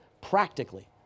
practically